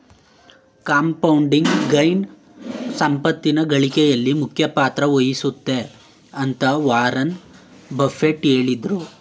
compounding gain ಸಂಪತ್ತಿನ ಗಳಿಕೆಯಲ್ಲಿ ಮುಖ್ಯ ಪಾತ್ರ ವಹಿಸುತ್ತೆ ಅಂತ ವಾರನ್ ಬಫೆಟ್ ಹೇಳಿದ್ರು